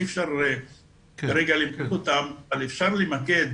אי אפשר כרגע לפרוט אותן אבל אפשר למקד